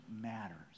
matters